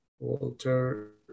Walter